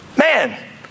man